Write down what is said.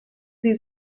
sie